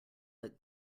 that